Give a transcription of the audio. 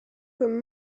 comme